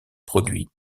produits